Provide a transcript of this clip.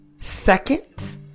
second